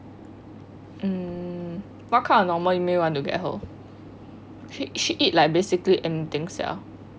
um what kind of normal meal you want to get her she she eat like basically anything sia